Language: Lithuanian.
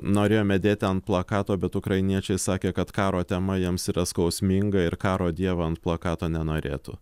norėjome dėti ant plakato bet ukrainiečiai sakė kad karo tema jiems yra skausminga ir karo dievo ant plakato nenorėtų